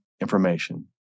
information